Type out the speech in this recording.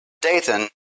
Dathan